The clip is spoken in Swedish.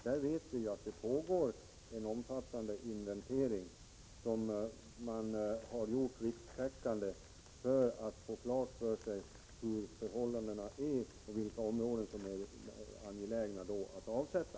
Vi vet att det pågår en omfattande inventering, som har gjorts rikstäckande, för att man skall få klart för sig hur förhållandena är och vilka områden som är angelägna att avsätta.